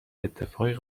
اتفاقی